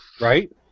right